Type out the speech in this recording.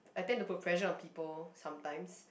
I tend to put pressure on people sometimes